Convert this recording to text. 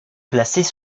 placés